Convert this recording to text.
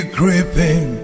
creeping